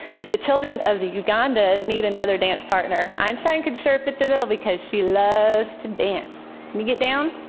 if the children of the uganda need another dance partner, einstein could sure fit the bill, because she loves to dance. can you get down?